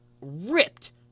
ripped